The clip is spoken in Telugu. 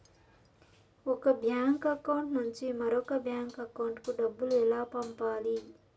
ఒక బ్యాంకు అకౌంట్ నుంచి మరొక బ్యాంకు అకౌంట్ కు డబ్బు ఎలా పంపాలి